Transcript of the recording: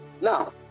Now